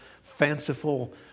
fanciful